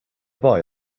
boy